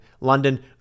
London